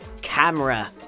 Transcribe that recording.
Camera